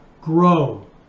grow